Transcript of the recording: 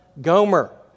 Gomer